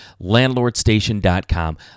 LandlordStation.com